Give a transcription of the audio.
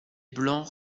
blancs